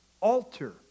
alter